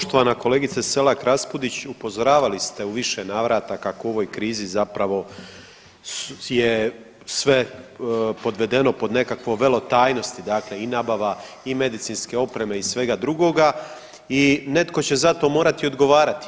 Poštovana kolegice Selak Raspudić upozoravali ste u više navrata kako u ovoj krizi zapravo je sve povedeno pod nekakvo velo tajnosti dakle i nabava i medicinske opreme i svega drugoga i netko će za to morati odgovarati.